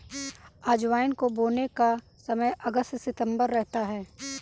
अजवाइन को बोने का समय अगस्त सितंबर रहता है